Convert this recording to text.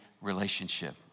relationship